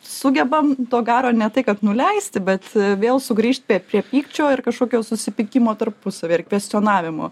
sugebam to garo ne tai kad nuleisti bet vėl sugrįžt pe prie pykčio ir kažkokio susipykimo tarpusavy ir kvestionavimo